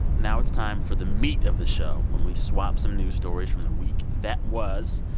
now it's time for the meat of the show when we swap some news stories from the week that was.